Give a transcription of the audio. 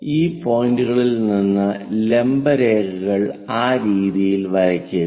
ഈ പോയിന്റുകളിൽ നിന്ന് ലംബ രേഖകൾ ആ രീതിയിൽ വരയ്ക്കുക